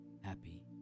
happy